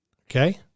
okay